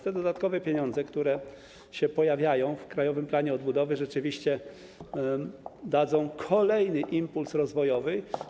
Te dodatkowe pieniądze, które się pojawiają w krajowym planie odbudowy, rzeczywiście dadzą kolejny impuls rozwojowy.